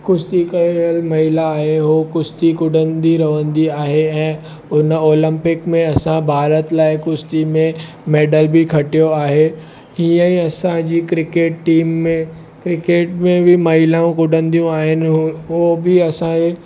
कुस्ती कयलु महिला आहे उहो कुस्ती कुॾंदी रहंदी आहे ऐं हुन ओलंपिक में असां भारत लाइ कुस्ती में मैडल बि खटियो आहे हीअं ई असांजी क्रिकेट टीम में क्रिकेट में बि महिलाऊं कुॾंदियूं आहिनि उहे उहे बि असांजे